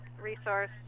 resource